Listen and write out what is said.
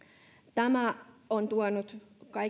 tämä on tuonut